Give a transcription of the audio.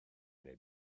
neu